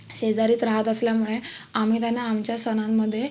शेजारीच राहत असल्यामुळे आम्ही त्यांना आमच्या सणांमध्ये